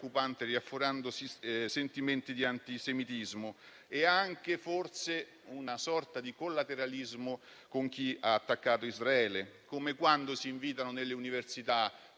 preoccupante riaffiorando sentimenti di antisemitismo e anche, forse, una sorta di collateralismo con chi ha attaccato Israele; è come quando si invitano nelle università